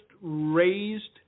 raised